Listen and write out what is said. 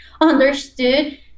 understood